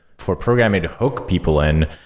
for programing to hook people in,